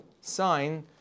sign